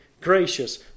gracious